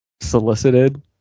solicited